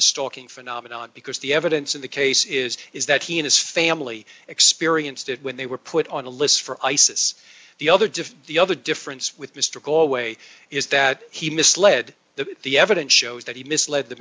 the stalking phenomenon because the evidence in the case is is that he and his family experienced it when they were put on a list for isis the other diff the other difference with mr go away is that he misled the the evidence shows that he misled the